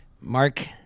Mark